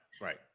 right